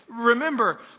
Remember